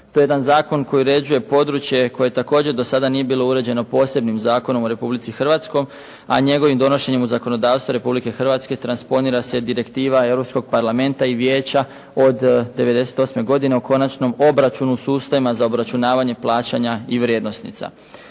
To je jedan zakon koji uređuje područje koje također do sada nije bilo uređeno posebnim zakonom u Republici Hrvatskoj a njegovim donošenjem u zakonodavstvo Republike Hrvatske transponira se direktiva Europskog parlamenta od '98. godine o konačnom obračunu sustavima za obračunavanje plaćanja i vrijednosnica.